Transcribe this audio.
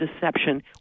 deception